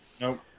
Nope